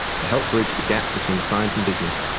to help bridge the gap between science and business.